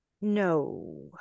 No